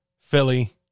Philly